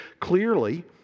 clearly